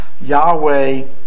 Yahweh